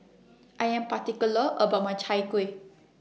I Am particular about My Chai Kueh